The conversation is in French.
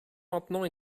maintenant